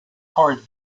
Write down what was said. for